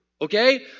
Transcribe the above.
Okay